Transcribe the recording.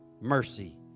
mercy